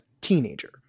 teenager